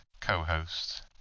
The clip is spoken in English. co-host